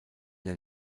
der